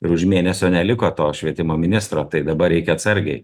ir už mėnesio neliko to švietimo ministro tai dabar reikia atsargiai